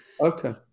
okay